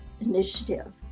Initiative